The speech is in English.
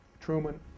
Truman